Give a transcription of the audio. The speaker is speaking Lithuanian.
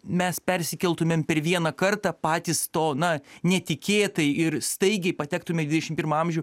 mes persikeltumėm per vieną kartą patys to na netikėtai ir staigiai patektume į dvidešim pirmą amžių